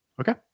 Okay